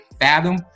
fathom